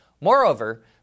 Moreover